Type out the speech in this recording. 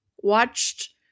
watched